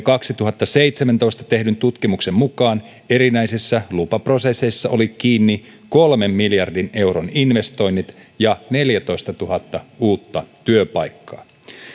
kaksituhattaseitsemäntoista tehdyn tutkimuksen mukaan erinäisissä lupaprosesseissa oli kiinni kolmen miljardin euron investoinnit ja neljätoistatuhatta uutta työpaikkaa